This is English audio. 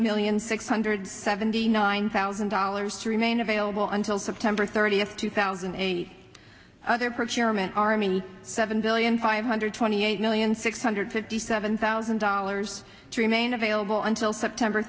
million six hundred seventy nine thousand dollars to remain available until september thirtieth two thousand and eight other procurement armine seven billion five hundred twenty eight million six hundred fifty seven thousand dollars to remain available until september